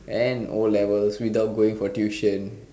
and O-levels without going for tuition